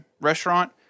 restaurant